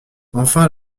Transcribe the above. enfin